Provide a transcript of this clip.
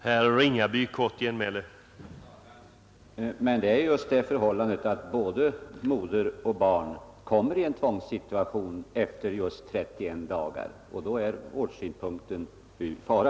Herr talman! Men det är ett faktum att både moder och barn kommer i en tvångssituation efter 31 dagar, och då är vårdsynpunkten i fara.